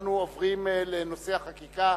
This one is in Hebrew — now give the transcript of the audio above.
אנחנו עוברים לחקיקה.